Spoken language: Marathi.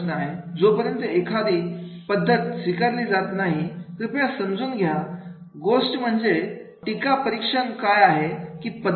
जोपर्यंत एखादी पद्धत स्वीकारली जात नाही कृपया समजून घ्या गोष्ट मध्ये टीका परीक्षण काय आहे की पद्धत